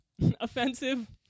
offensive